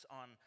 on